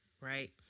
right